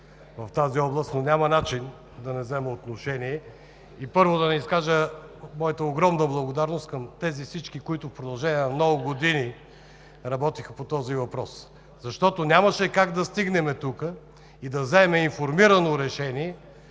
в тази област, но няма начин да не взема отношение. Първо, да изкажа моята огромна благодарност към всички, които в продължение на много години работиха по този въпрос, защото нямаше как да стигнем дотук и да вземем информирано решение,